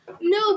No